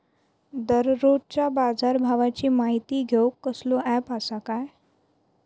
दररोजच्या बाजारभावाची माहिती घेऊक कसलो अँप आसा काय?